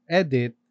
edit